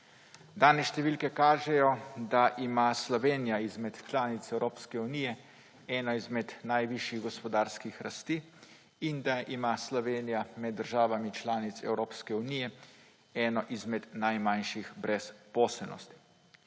Danes številke kažejo, da ima Slovenija izmed članic Evropske unije eno izmed najvišjih gospodarskih rasti in da ima Slovenija med državami članicami Evropske unije eno izmed najmanjših brezposelnosti.